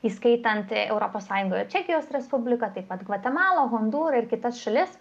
įskaitant europos sąjungoje čekijos respubliką taip pat gvatemalą hondūrą ir kitas šalis